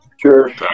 Sure